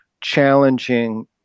challenging